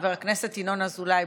חבר הכנסת ינון אזולאי,